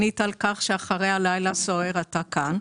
שנית, על כך שאחרי הלילה הסוער אתה כאן.